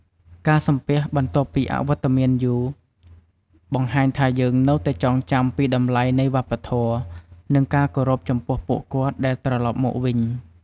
ការសំពះបន្ទាប់ពីអវត្តមានយូរ បង្ហាញថាយើងនៅតែចងចាំពីតម្លៃនៃវប្បធម៌ និងការគោរពចំពោះពួកគាត់ដែលត្រលប់មកវិញ។